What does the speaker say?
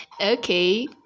Okay